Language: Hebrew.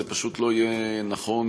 שזה פשוט לא יהיה נכון,